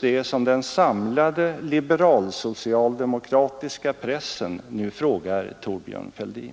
det som den samlade liberal-socialdemokratiska pressen nu frågar Thorbjörn Fälldin.